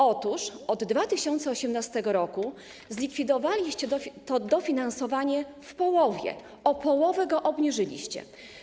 Otóż od 2018 r. zlikwidowaliście to dofinansowanie w połowie, o połowę je obniżyliście.